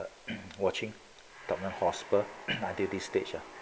watching drama prosper lah until this stage ah